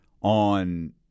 On